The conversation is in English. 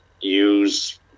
use